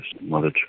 Mother